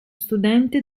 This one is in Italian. studente